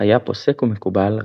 היה פוסק ומקובל,